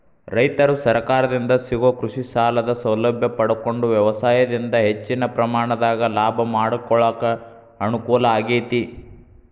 ರೈತರು ಸರಕಾರದಿಂದ ಸಿಗೋ ಕೃಷಿಸಾಲದ ಸೌಲಭ್ಯ ಪಡಕೊಂಡು ವ್ಯವಸಾಯದಿಂದ ಹೆಚ್ಚಿನ ಪ್ರಮಾಣದಾಗ ಲಾಭ ಮಾಡಕೊಳಕ ಅನುಕೂಲ ಆಗೇತಿ